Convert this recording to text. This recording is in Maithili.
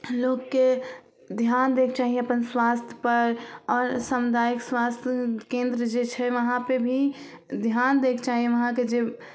लोकके धिआन दैके चाही अपन स्वास्थ्यपर आओर सामुदायिक स्वास्थ्य केन्द्र जे छै वहाँपर भी धिआन दैके चाही वहाँके जे